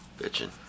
Bitching